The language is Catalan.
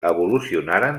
evolucionaren